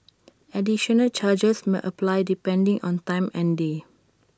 additional charges may apply depending on time and day